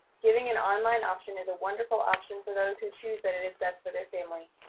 giving an online option is a wonderful option for those who choose that it is best for their family.